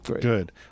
Good